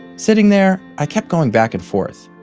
sitting there, i kept going back and forth.